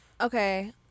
Okay